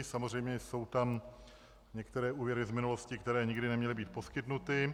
Samozřejmě jsou tam některé úvěry z minulosti, které nikdy neměly být poskytnuty.